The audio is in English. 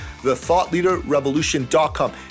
thethoughtleaderrevolution.com